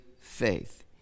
faith